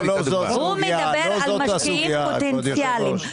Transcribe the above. הוא מדבר על משקיעים פוטנציאליים.